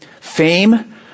Fame